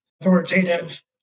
authoritative